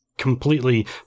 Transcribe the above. completely